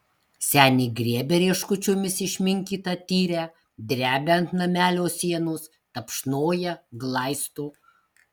senė griebia rieškučiomis išminkytą tyrę drebia ant namelio sienos tapšnoja glaisto